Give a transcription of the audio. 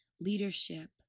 leadership